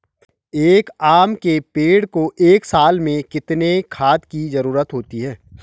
एक आम के पेड़ को एक साल में कितने खाद की जरूरत होती है?